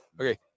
Okay